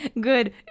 good